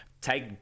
take